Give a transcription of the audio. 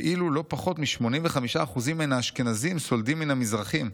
ואילו לא פחות מ-85% מן האשכנזים סולדים מן המזרחים".